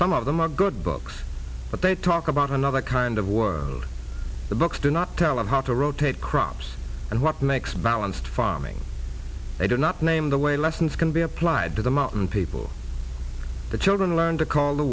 some of them are good books but they talk about another kind of war the books do not tell of how to rotate crops and what makes balanced farming i do not name the way lessons can be applied to the mountain people the children learn to call the